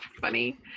Funny